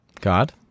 God